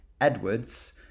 Edwards